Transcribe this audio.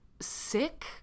sick